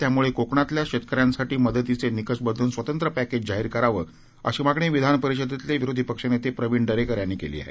त्यामुळे कोकणातल्या शेतकऱ्यासाठी मदतीचे निकष बदलून स्वतंत्र पछेज जाहीर करावं अशी मागणी विधान परिषदेतले विरोधी पक्षनेते प्रवीण दरेकर यांनी केली आहे